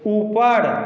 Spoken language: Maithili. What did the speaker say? ऊपर